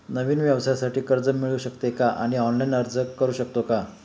नवीन व्यवसायासाठी कर्ज मिळू शकते का आणि ऑनलाइन अर्ज करू शकतो का?